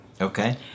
Okay